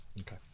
Okay